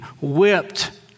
whipped